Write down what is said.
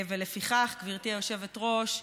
ולפיכך, גברתי היושבת-ראש,